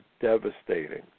devastating